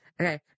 Okay